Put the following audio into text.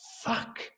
fuck